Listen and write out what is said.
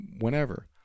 whenever